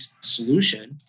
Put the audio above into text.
solution